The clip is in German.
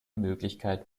möglichkeit